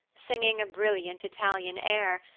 singing a brilliant italian air,